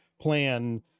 plan